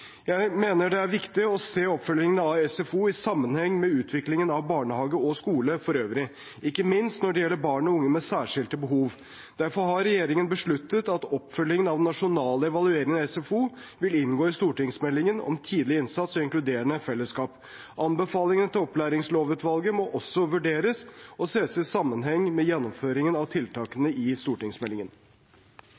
Jeg mener det er viktig å se oppfølgingen av SFO i sammenheng med utviklingen av barnehage og skole for øvrig, ikke minst når det gjelder barn og unge med særskilte behov. Derfor har regjeringen besluttet at oppfølgingen av den nasjonale evalueringen av SFO vil inngå i stortingsmeldingen om tidlig innsats og inkluderende fellesskap. Anbefalingene til opplæringslovutvalget må også vurderes og ses i sammenheng med gjennomføringen av